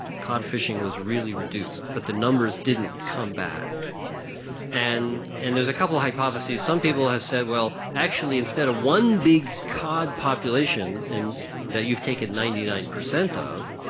cod fishing was really reduced but the numbers didn't come back and and there's a couple hypotheses. some people have said well actually instead of one big cod population and that you've taken ninety nine percent of,